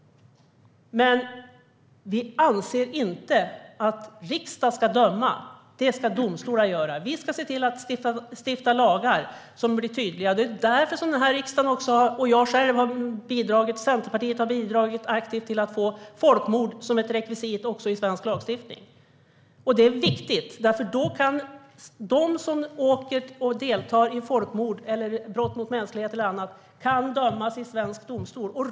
Men vi anser inte att riksdagen ska döma. Det ska domstolar göra. Vi ska se till att stifta lagar som blir tydliga. Det är också därför denna riksdag, jag själv och Centerpartiet aktivt har bidragit till att få folkmord som ett rekvisit i svensk lagstiftning. Det är viktigt, för då kan de som åker och deltar i folkmord, brott mot mänskligheten och annat dömas i svensk domstol.